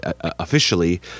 officially